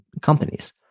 companies